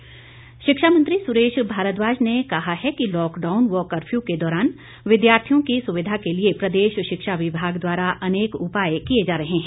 भारद्वाज शिक्षा मंत्री सुरेश भारद्वाज ने कहा है कि लॉकडाउन व कर्फ्यू के दौरान विद्यार्थियों की सुविधा के लिए प्रदेश शिक्षा विभाग द्वारा अनेक उपाय किए जा रहे हैं